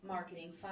Marketing